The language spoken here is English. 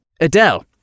Adele